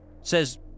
says